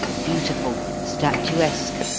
beautiful, statuesque,